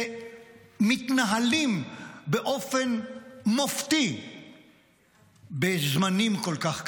ומתנהלים באופן מופתי בזמנים כל כך קשים.